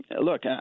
Look